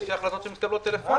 יש החלטות שמתקבלות בטלפון.